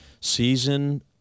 season